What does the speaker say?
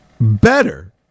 better